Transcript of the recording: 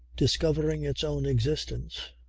discovering its own existence,